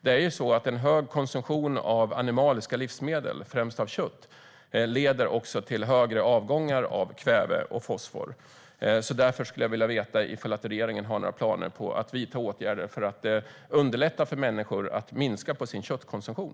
Det är ju så att hög konsumtion av animaliska livsmedel, främst kött, leder till högre avgång av kväve och fosfor. Därför skulle jag vilja veta om regeringen har några planer på att vidta åtgärder för att underlätta för människor att minska sin köttkonsumtion.